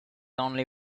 only